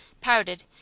pouted